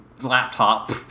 laptop